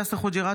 יאסר חוג'יראת,